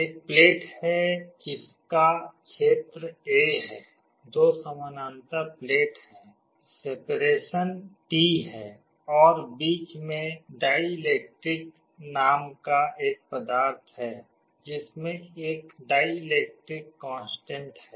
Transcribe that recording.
एक प्लेट है जिसका क्षेत्र A है दो समानांतर प्लेट हैं सेपेरेशन d है और बीच में डाईइलेक्टिक नाम का एक पदार्थ है जिसमें एक डाईइलेक्टिक कांस्टेंट है